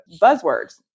buzzwords